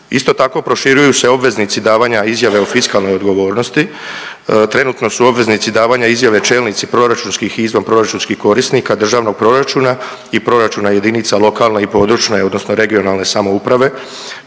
Isto tako, proširuju se obveznici davanja izjave o fiskalnoj odgovornosti. Trenutno su obveznici davanja izjave čelnici proračunskih i izvanproračunskih korisnika državnog proračuna i proračuna jedinica lokalne i područne (regionalne) samouprave,